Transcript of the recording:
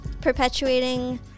perpetuating